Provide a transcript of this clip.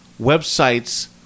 websites